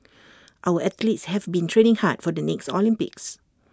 our athletes have been training hard for the next Olympics